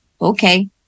okay